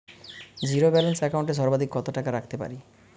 Zero balance account এ সর্বাধিক কত টাকা রাখতে পারি?